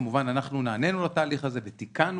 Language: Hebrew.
כמובן שאנחנו נענינו לתהליך הזה ותיקנו